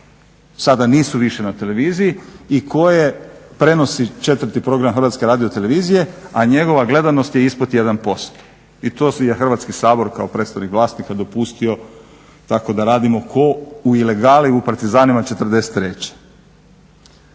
sad nisu više na televiziji i koje prenosi četvrti program HRT-a a njegova gledanost je ispod 1% i to je Hrvatski sabor kao predstavnik vlasnika dopustio tako da radimo kao u ilegali u partizanima 43.